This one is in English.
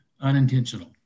unintentional